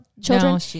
children